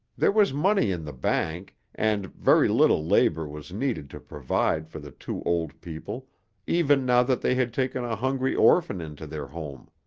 there was money in the bank and very little labor was needed to provide for the two old people even now that they had taken a hungry orphan into their home.